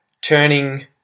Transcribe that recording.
turning